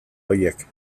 horiek